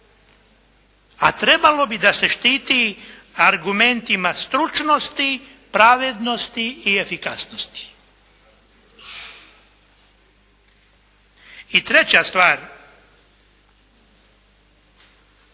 a trebalo bi da se štiti argumentima stručnosti, pravednosti i efikasnosti. I treća stvar,